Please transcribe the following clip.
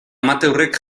amateurrek